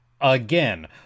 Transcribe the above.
again